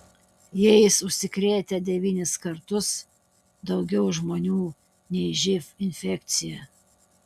jais užsikrėtę devynis kartus daugiau žmonių nei živ infekcija